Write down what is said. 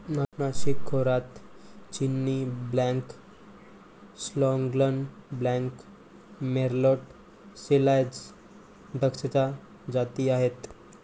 नाशिक खोऱ्यात Chenin Blanc, Sauvignon Blanc, Merlot, Shiraz द्राक्षाच्या जाती आहेत